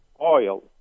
oil